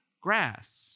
grass